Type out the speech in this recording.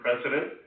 president